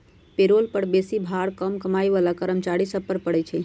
payroll कर बेशी भार कम कमाइ बला कर्मचारि सभ पर पड़इ छै